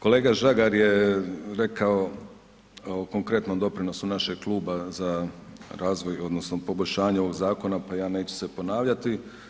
Kolega Žagar je rekao o konkretnom doprinosu našeg kluba za razvoj odnosno poboljšanje ovog zakona, pa ja neću se ponavljati.